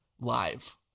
live